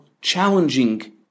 challenging